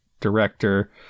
director